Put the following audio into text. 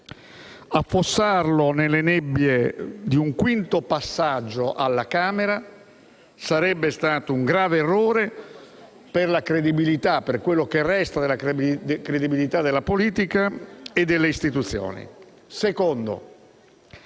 Affossarlo nelle nebbie di un quinto passaggio alla Camera dei deputati sarebbe stato un grave errore per quello che resta della credibilità della politica e delle istituzioni. In secondo